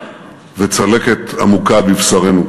וצלקת עמוקה בבשרנו,